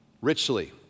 richly